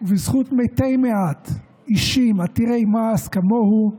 ובזכות מתי-מעט, אישים עתירי מעש כמוהו,